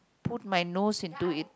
put my nose into it